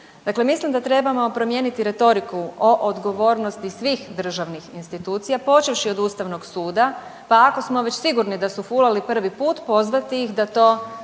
mislim da trebamo promijeniti retoriku o odgovornosti svih državnih institucija počevši od Ustavnog suda, pa ako smo već sigurni da su fulali prvi put, pozvati ih da to ne